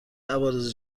عوارض